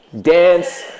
dance